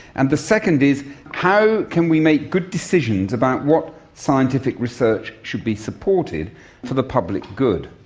and the second is how can we make good decisions about what scientific research should be supported for the public good.